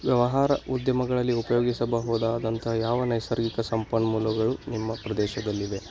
ವ್ಯವಹಾರ ಉದ್ಯಮಗಳಲ್ಲಿ ಉಪಯೋಗಿಸಬಹುದಾದಂತಹ ಯಾವ ನೈಸರ್ಗಿಕ ಸಂಪನ್ಮೂಲಗಳು ನಿಮ್ಮ ಪ್ರದೇಶದಲ್ಲಿವೆ